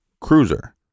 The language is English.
cruiser